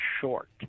short